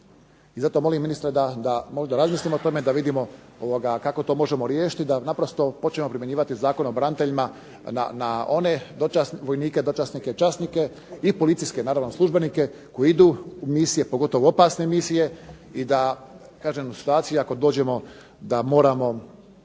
Zato molim ministra da možda razmislimo o tome da vidimo kako to možemo riješiti, da naprosto počnemo primjenjivati Zakon o braniteljima na one vojnike, dočasnike i časnike i policijske službenike koji idu u opasne misije i da kažem situacija ako dođemo da imamo